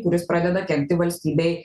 kuris pradeda kenkti valstybei